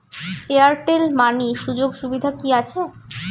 Airtel money সুযোগ সুবিধা কি আছে?